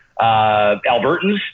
Albertans